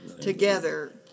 together